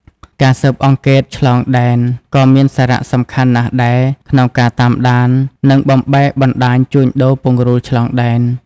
ការស៊ើបអង្កេតឆ្លងដែន ក៏មានសារៈសំខាន់ណាស់ដែរ ក្នុងការតាមដាន និងបំបែកបណ្ដាញជួញដូរពង្រូលឆ្លងដែន។